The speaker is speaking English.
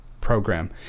program